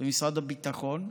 במשרד הביטחון.